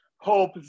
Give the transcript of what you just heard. hope